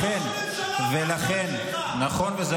נכון.